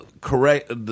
Correct